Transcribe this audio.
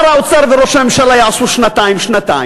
שר האוצר וראש הממשלה יעשו שנתיים-שנתיים,